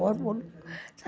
और बोलूं सां